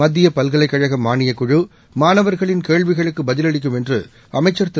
மத்தியபல்கலைக்கழகமானியக்குழுமாணவர்களின் கேள்விகளுக்குப் பதிலளிக்கும் என்றுஅமைச்சர் திரு